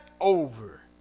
over